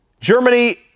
Germany